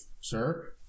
Sir